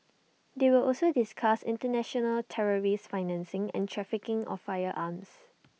they will also discuss International terrorist financing and trafficking of firearms